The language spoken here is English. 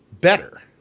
better